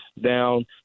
down